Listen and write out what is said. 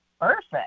Perfect